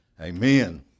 Amen